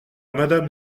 madame